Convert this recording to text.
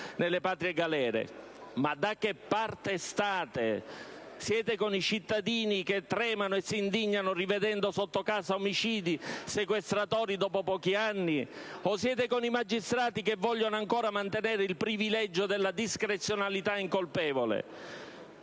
nelle patrie galere. Ma da che parte state? Siete con i cittadini, che tremano e si indignano, rivedendo dopo pochi anni sotto casa omicidi e sequestratori, o siete con i magistrati che vogliono ancora mantenere il privilegio della discrezionalità incolpevole?